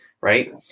right